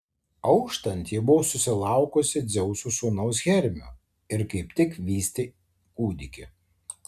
auštant ji buvo susilaukusi dzeuso sūnaus hermio ir kaip tik vystė kūdikį